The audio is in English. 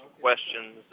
questions